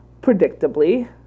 predictably